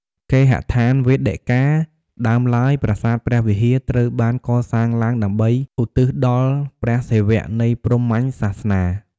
គេហដ្ឋានវេដិកា ដើមឡើយ ប្រាសាទព្រះវិហារ ត្រូវបាន កសាងឡើងដើម្បីឧទ្ទិសដល់ព្រះសិវៈ នៃ ព្រាហ្មណ៍សាសនា។